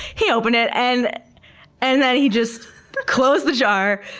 he opened it and and then he just closed the jar,